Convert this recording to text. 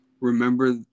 remember